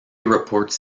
reports